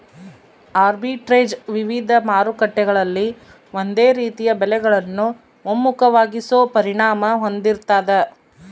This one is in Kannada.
ಆರ್ಬಿಟ್ರೇಜ್ ವಿವಿಧ ಮಾರುಕಟ್ಟೆಗಳಲ್ಲಿ ಒಂದೇ ರೀತಿಯ ಬೆಲೆಗಳನ್ನು ಒಮ್ಮುಖವಾಗಿಸೋ ಪರಿಣಾಮ ಹೊಂದಿರ್ತಾದ